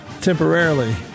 Temporarily